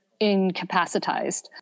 incapacitized